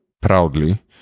proudly